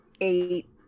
eight